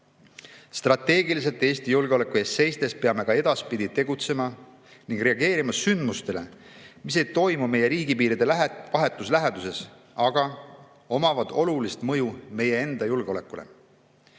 Strateegiliselt Eesti julgeoleku eest seistes peame ka edaspidi nii tegutsema ning reageerima sündmustele, mis ei toimu küll meie riigipiiride vahetus läheduses, aga omavad olulist mõju meie enda julgeolekule.